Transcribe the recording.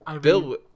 Bill